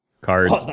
cards